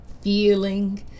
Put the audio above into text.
Feeling